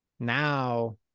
Now